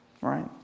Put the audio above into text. Right